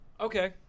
Okay